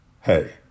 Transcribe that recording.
hey